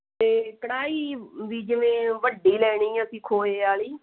ਅਤੇ ਕੜਾਹੀ ਵੀ ਜਿਵੇਂ ਵੱਡੀ ਲੈਣੀ ਅਸੀਂ ਖੋਏ ਵਾਲੀ